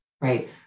right